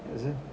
is it